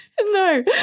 no